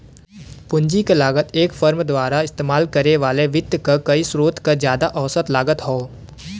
पूंजी क लागत एक फर्म द्वारा इस्तेमाल करे वाले वित्त क कई स्रोत क जादा औसत लागत हौ